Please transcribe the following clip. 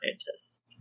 scientists